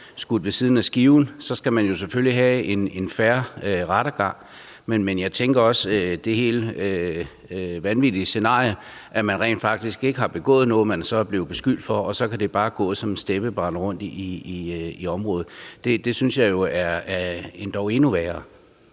skudt ved siden af skiven, skal man selvfølgelig have en fair rettergang. Men jeg tænker også på det helt vanvittige scenarie, hvor det, hvis man rent faktisk ikke har begået noget, man er blevet beskyldt for, så bare kan brede sig som en steppebrand i området. Det synes jeg er endog endnu værre.